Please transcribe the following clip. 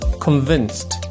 convinced